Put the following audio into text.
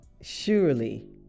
Surely